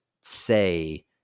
say